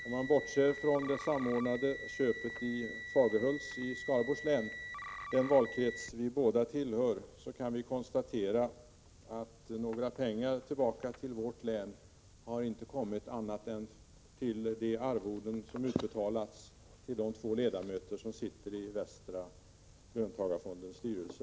Om man bortser från det samordnade köpet i Fagerhults i Skaraborgs län — den valkrets vi båda tillhör — kan man konstatera att några pengar inte kommit tillbaka till vårt län annat än i form av de arvoden som utbetalats till de två ledamöter som sitter i västra löntagarfondens styrelse.